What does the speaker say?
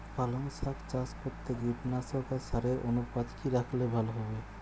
পালং শাক চাষ করতে কীটনাশক আর সারের অনুপাত কি রাখলে ভালো হবে?